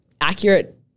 accurate